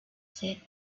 said